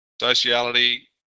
Sociality